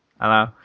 Hello